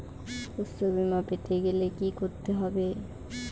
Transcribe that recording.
শষ্যবীমা পেতে গেলে কি করতে হবে?